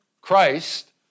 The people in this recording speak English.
Christ